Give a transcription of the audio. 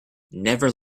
never